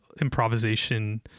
improvisation